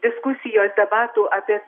diskusijos debatų apie